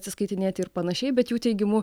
atsiskaitinėti ir panašiai bet jų teigimu